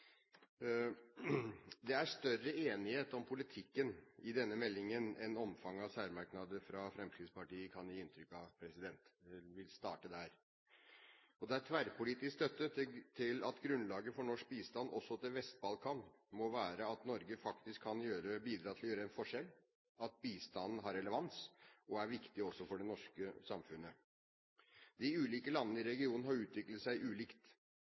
Det er større enighet om politikken i denne meldingen enn omfanget av særmerknader fra Fremskrittspartiet kan gi inntrykk av. Jeg vil starte der. Det er tverrpolitisk støtte til at grunnlaget for norsk bistand også til Vest-Balkan må være at Norge faktisk kan bidra til å gjøre en forskjell, og at bistanden har relevans og er viktig også for det norske samfunnet. De ulike landene i regionen har utviklet seg ulikt.